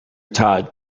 tod